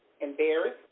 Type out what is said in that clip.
embarrassed